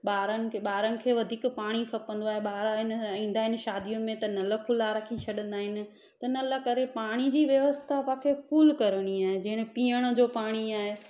ॿारन खे ॿारन खे वधीक पाणी खपंदो आहे ॿार ईंदा आहिन शादिअ में त नल खुला रखी छॾंदा आहिन इन करे पाणी जी व्यवस्था पाणखे फुल करणी आहे जीअं पीअण जो पाणी आहे